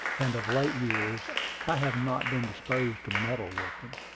and of late years i have not been disposed to meddle with them.